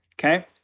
okay